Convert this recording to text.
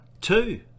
two